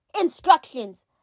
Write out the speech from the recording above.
Instructions